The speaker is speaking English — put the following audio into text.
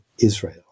Israel